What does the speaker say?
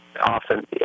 often